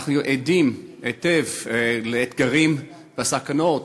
אנחנו עדים היטב לאתגרים ולסכנות